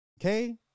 Okay